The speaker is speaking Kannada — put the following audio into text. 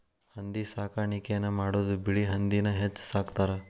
ಹಂದಿ ಸಾಕಾಣಿಕೆನ ಮಾಡುದು ಬಿಳಿ ಹಂದಿನ ಹೆಚ್ಚ ಸಾಕತಾರ